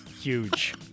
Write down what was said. Huge